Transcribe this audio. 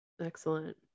Excellent